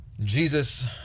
Jesus